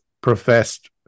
professed